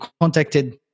contacted